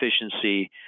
efficiency